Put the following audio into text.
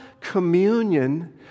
communion